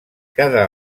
cada